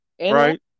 right